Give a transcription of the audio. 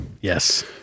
Yes